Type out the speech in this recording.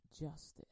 Justice